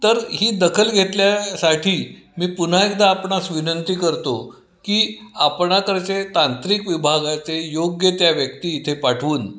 तर ही दखल घेतल्या साठी मी पुन्हा एकदा आपणास विनंती करतो की आपणाकडचे तांत्रिक विभागाचे योग्य त्या व्यक्ती इथे पाठवून